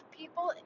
people